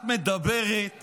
את מדברת